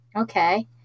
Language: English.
Okay